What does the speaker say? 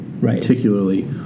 particularly